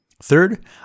Third